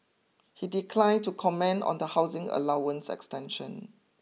he declined to comment on the housing allowance extension